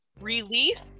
relief